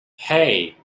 hey